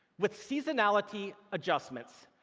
with seasonality adjustments,